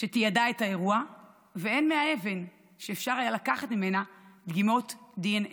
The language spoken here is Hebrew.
שתיעדה את האירוע והן מהאבן שאפשר היה לקחת ממנה דגימות דנ"א.